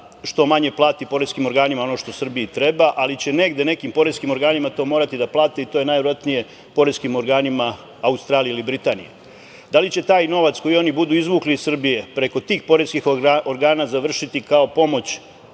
što manje plati poreskim organima ono što Srbiji treba, ali će negde, nekim poreskim organima to morati da plate, i to najverovatnije poreskim organima Australije ili Britanije. Da li će taj novac koji oni budu izvukli iz Srbije preko tih poreskih organa završiti kao pomoć